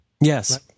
Yes